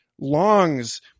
longs